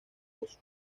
ocaso